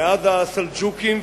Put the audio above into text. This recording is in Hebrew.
מאז הסלג'וקים,